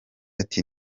ati